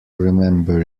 remember